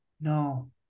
no